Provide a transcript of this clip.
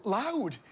loud